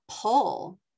pull